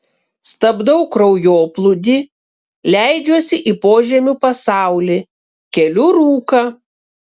stabdau kraujoplūdį leidžiuosi į požemių pasaulį keliu rūką